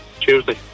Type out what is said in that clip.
Tuesday